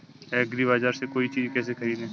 एग्रीबाजार से कोई चीज केसे खरीदें?